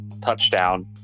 touchdown